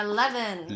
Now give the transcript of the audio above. Eleven